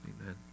Amen